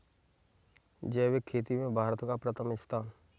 जैविक खेती में भारत का प्रथम स्थान है